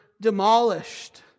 demolished